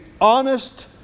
honest